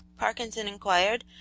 parkinson inquired,